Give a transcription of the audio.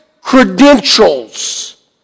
credentials